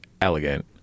elegant